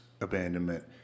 abandonment